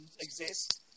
exist